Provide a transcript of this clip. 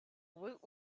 woot